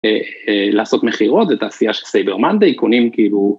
לעשות מחירות, את העשייה של סייברמנדי קונים כאילו